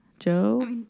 Joe